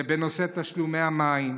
זה בנושא תשלומי המים,